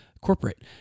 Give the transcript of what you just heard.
corporate